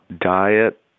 diet